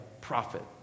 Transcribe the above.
prophet